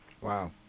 wow